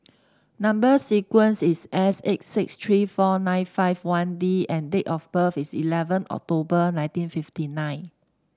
number sequence is S eight six three four nine five one D and date of birth is eleven October nineteen fifty nine